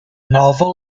novel